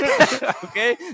Okay